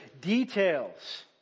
details